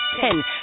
ten